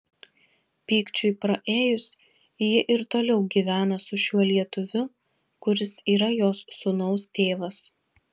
pykčiui praėjus ji ir toliau gyvena su šiuo lietuviu kuris yra jos sūnaus tėvas